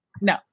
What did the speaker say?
no